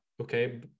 okay